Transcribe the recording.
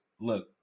look